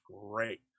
great